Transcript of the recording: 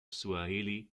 swahili